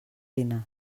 dinar